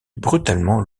brutalement